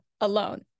alone